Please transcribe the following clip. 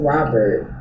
Robert